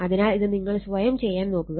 അതിനാൽ ഇത് നിങ്ങൾ സ്വയം ചെയ്യാൻ നോക്കുക